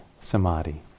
samadhi